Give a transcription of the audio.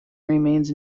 remains